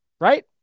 right